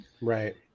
Right